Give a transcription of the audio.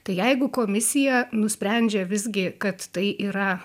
tai jeigu komisija nusprendžia visgi kad tai yra